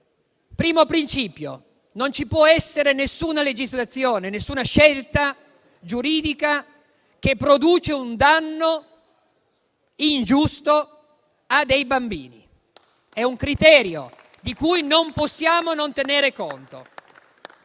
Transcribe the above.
Primo principio: non ci può essere alcuna legislazione, alcuna scelta giuridica che produce un danno ingiusto a dei bambini. È un criterio di cui non possiamo non tenere conto.